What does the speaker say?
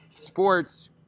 sports